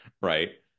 Right